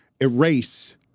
erase